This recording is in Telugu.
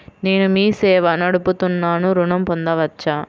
నేను మీ సేవా నడుపుతున్నాను ఋణం పొందవచ్చా?